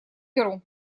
беру